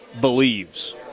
believes –